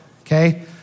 okay